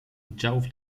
oddziałów